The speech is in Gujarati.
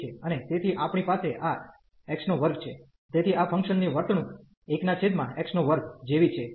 અને તેથી આપણી પાસે આ x2 છે તેથી આ ફંકશન ની વર્તણૂક 1x2 જેવી છે